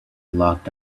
locked